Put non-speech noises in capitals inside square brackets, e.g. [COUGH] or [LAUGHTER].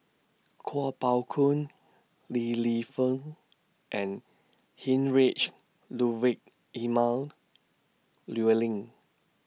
Kuo Pao Kun Li Lienfung and Heinrich Ludwig Emil [NOISE] Luering